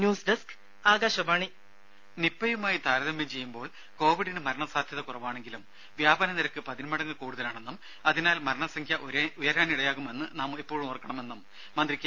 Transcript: news desk Akashvani രുര നിപ്പയുമായി താരതമ്യം ചെയ്യുമ്പോൾ കോവിഡിന് മരണസാധ്യത കുറവാണെങ്കിലും വ്യാപന നിരക്ക് പതിന്മടങ്ങ് കൂടുതലാണെന്നും അതിനാൽ മരണസംഖ്യ ഉയരാനിടയാകുമെന്ന് നാം എപ്പോഴും ഓർമിക്കണമെന്നും മന്ത്രി കെ